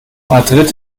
madrid